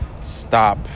stop